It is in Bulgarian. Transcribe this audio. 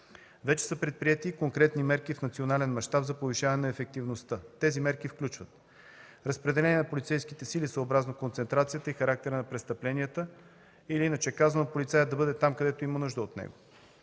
Вече са предприети и конкретни мерки в национален мащаб за повишаване на ефективността. Тези мерки включват: - разпределение на полицейските сили съобразно концентрацията и характера на престъпленията или, иначе казано, полицаят да бъде там, където има нужда от него;